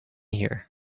here